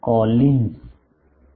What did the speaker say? કોલિન્સR